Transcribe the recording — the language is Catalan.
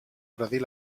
predir